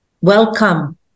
welcome